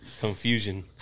confusion